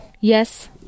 Yes